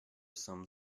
some